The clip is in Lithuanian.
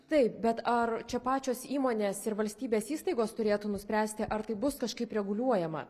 taip bet ar čia pačios įmonės ir valstybės įstaigos turėtų nuspręsti ar tai bus kažkaip reguliuojama